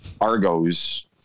Argos